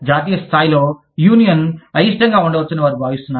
జాతీయ స్థాయిలో యూనియన్ అయిష్టంగా ఉండవచ్చని వారు భావిస్తున్నారు